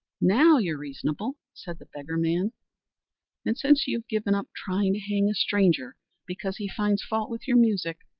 now, you're reasonable, said the beggarman, and since you've given up trying to hang a stranger because he finds fault with your music,